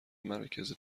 مراکز